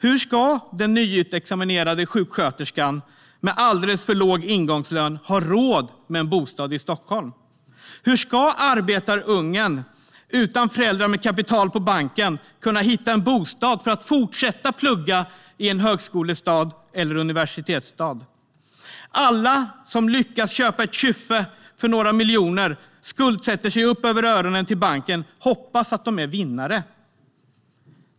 Hur ska den nyutexaminerade sjuksköterskan, med alldeles för låg ingångslön, ha råd med en bostad i Stockholm? Hur ska arbetarungen, utan föräldrar med kapital på banken, hitta en bostad för att kunna fortsätta plugga i en högskole eller universitetsstad? Alla som lyckas köpa ett kyffe för några miljoner och skuldsätter sig upp över öronen till banken hoppas att de är vinnare.